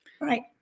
Right